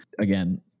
again